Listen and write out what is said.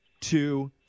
two